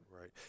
Right